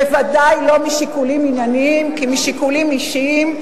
בוודאי לא משיקולים ענייניים אלא משיקולים אישיים,